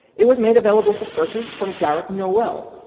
it was made available for purchase from garrat noel,